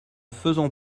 faisons